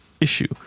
issue